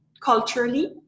culturally